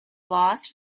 lost